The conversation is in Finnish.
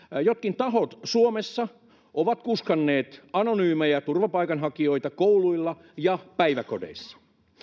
jotkin tahot suomessa ovat kuskanneet anonyymejä turvapaikanhakijoita kouluilla ja päiväkodeissa